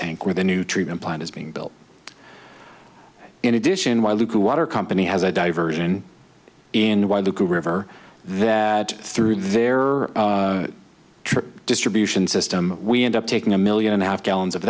tank where the new treatment plant is being built in addition while luke water company has a diversion in why the river that through there or distribution system we end up taking a million and a half gallons of